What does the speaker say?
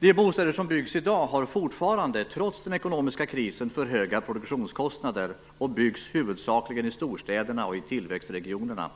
De bostäder som byggs i dag har fortfarande, trots den ekonomiska krisen, för höga produktionskostnader och byggs huvudsakligen i storstäderna och i tillväxtregionerna.